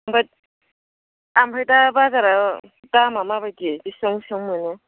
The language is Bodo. बात ओमफ्राय दा बाजारा दामआ माबायदि बेसेबां बेसेबां मोनो